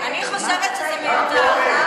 אני חושבת שזה מיותר.